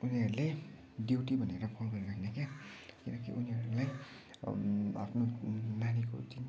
उनीहरूले ड्युटी भनेर कल गरेको होइन क्या किनकि उनीहरूलाई आफ्नो नानीको चिन्ता छ